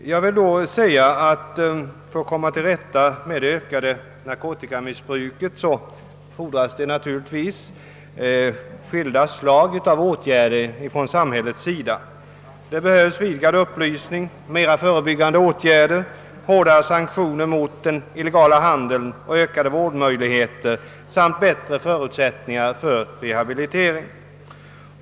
För att vi skall komma till rätta med det ökade narkotikamissbruket fordras det naturligtvis skilda slag av åtgärder från samhällets sida. Det är nödvändigt med vidgad upplysning, fler förebyg gande åtgärder, hårdare sanktioner mot den illegala handeln, ökade vårdmöjligheter samt bättre förutsättningar för rehabilitering.